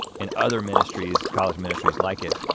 and other ministries, college ministries like it